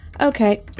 Okay